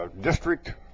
district